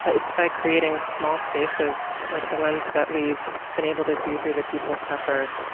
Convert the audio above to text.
but it's by creating small spaces like the ones that we've been able to do through the people's supper,